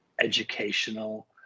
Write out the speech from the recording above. educational